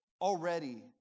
already